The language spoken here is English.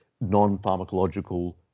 non-pharmacological